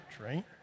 right